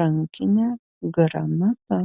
rankinė granata